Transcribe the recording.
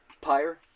Pyre